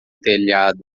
telhado